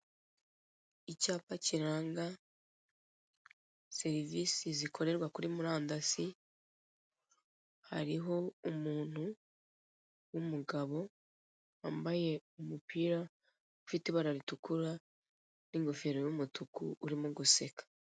Icyapa kiranga serivise zikorerwa kuri murandasi, hariho umuntu w'umugabo wambaye umupira ufite w'umutuku n'ingofero y'umutuku urimo guseka.